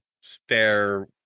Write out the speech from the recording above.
spare